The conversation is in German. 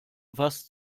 was